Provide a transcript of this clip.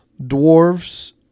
dwarves